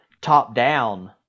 top-down